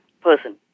person